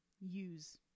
use